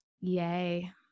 yay